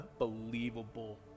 unbelievable